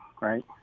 right